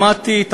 שמעתי,